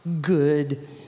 good